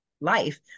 life